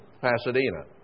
Pasadena